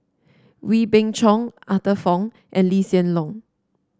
Wee Beng Chong Arthur Fong and Lee Hsien Loong